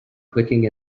clicking